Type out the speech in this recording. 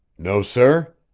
no, sir.